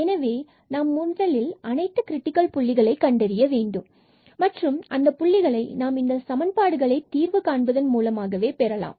எனவே நாம் முதலில் அனைத்து கிரிட்டிக்கல் புள்ளிகளை கண்டறிய வேண்டும் மற்றும் அந்த புள்ளிகளை நாம் இந்த சமன்பாடுகளை தீர்வு காண்பதன் மூலமாக பெறலாம்